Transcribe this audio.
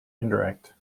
indirect